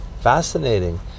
fascinating